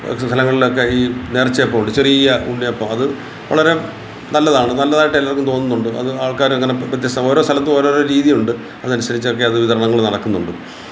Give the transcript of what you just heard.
സ്ഥലങ്ങളിലൊക്കെ ഈ നേർച്ച അപ്പമുണ്ട് ചെറിയ ഉണ്ണിയപ്പം അത് വളരെ നല്ലതാണ് നല്ലതായിട്ട് എല്ലാവർക്കും തോന്നുന്നുണ്ട് അത് ആൾക്കാർ അങ്ങനെ വ്യത്യസ്ത ഓരോ സ്ഥലത്തും ഓരോരോ രീതി ഉണ്ട് അതനുസരിച്ചൊക്കെ അത് വിതരണങ്ങൾ നടക്കുന്നുണ്ട്